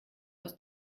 aus